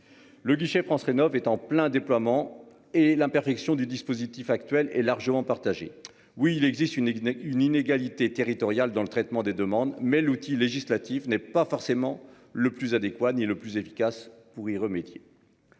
Le guichet France rénovent est en plein déploiement et l'imperfection du dispositif actuel est largement partagée. Oui, il existe une une inégalité territoriale dans le traitement des demandes mais l'outil législatif n'est pas forcément le plus adéquat n'le plus efficace pour y remédier.